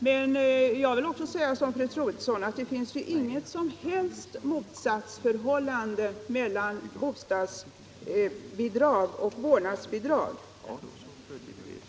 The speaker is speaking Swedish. Men jag vill också som fru Troedsson säga att det inte finns något som helst motsatsförhållande mellan bostadsbidrag och vårdnadsbidrag.